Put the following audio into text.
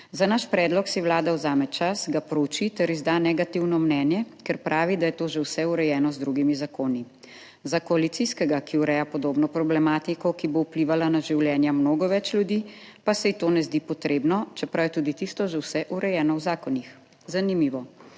Za naš predlog si Vlada vzame čas, ga prouči ter izda negativno mnenje, ker pravi, da je to že vse urejeno z drugimi zakoni. Za koalicijskega, ki ureja podobno problematiko, **92. TRAK: (NB) - 16.35** (Nadaljevanje) ki bo vplivala na življenja mnogo več ljudi, pa se ji to ne zdi potrebno, čeprav je tudi tisto že vse urejeno v zakonih. Zanimivo.